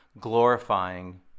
glorifying